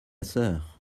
sœur